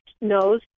knows